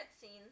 scenes